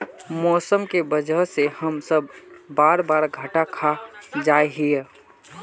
मौसम के वजह से हम सब बार बार घटा खा जाए हीये?